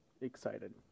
excited